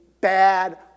bad